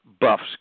buffs